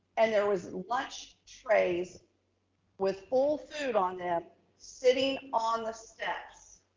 and there was lunch trays with full food on them sitting on the steps.